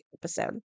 episode